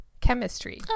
chemistry